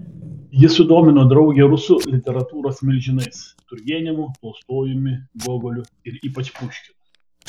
ji sudomino draugę rusų literatūros milžinais turgenevu tolstojumi gogoliu ir ypač puškinu